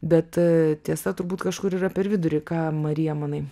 bet tiesa turbūt kažkur yra per vidurį ką marija manai